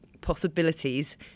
possibilities